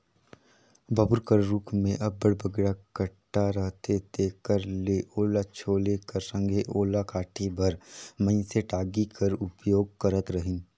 बबूर कर रूख मे अब्बड़ बगरा कटा रहथे तेकर ले ओला छोले कर संघे ओला काटे बर मइनसे टागी कर उपयोग करत रहिन